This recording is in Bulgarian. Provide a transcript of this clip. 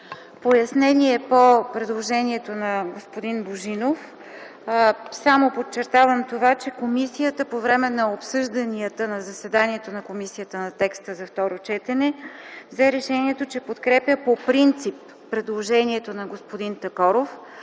Пояснение по предложението на господин Божинов. Само подчертавам това, че комисията по време на обсъжданията на заседанието на комисията на текста за второ четене взе решението, че подкрепя по принцип предложението на господин Такоров,